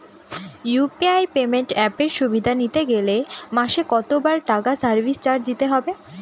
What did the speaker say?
UPI payment অ্যাপের সুবিধা নিতে গেলে মাসে কত টাকা সার্ভিস চার্জ দিতে হবে?